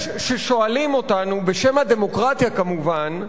יש ששואלים אותנו, "בשם ה'דמוקרטיה', כמובן,